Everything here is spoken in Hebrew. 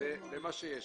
במה שיש.